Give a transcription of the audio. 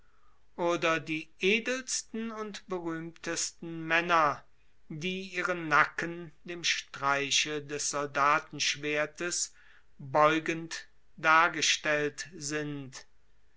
oder die edelsten und berühmtesten männer die ihren nacken dem streiche des soldatenschwertes beugend dargestellt sind